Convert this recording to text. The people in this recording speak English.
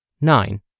Nine